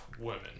women